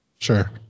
sure